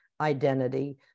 identity